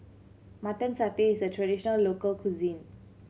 Mutton Satay is a traditional local cuisine